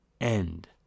end